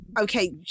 Okay